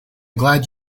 glad